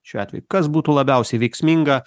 šiuo atveju kas būtų labiausiai veiksminga